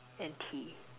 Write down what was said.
and tea